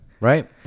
right